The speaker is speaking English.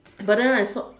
but then I saw